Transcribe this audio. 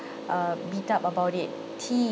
err beat up about it T